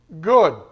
good